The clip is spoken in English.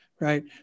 Right